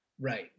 Right